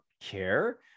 care